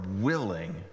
willing